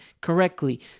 correctly